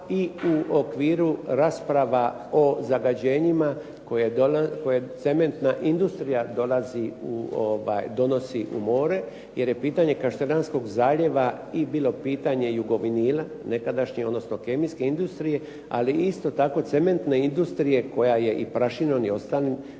i u okviru rasprava o zagađenjima koje nam industrija donosi u more jer je pitanje Kaštelanskog zaljeva i bilo pitanje Jugovinila nekadašnjeg, odnosno Kemijske industrije, ali isto tako cementne industrije koja je i prašinom i ostalim